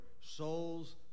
souls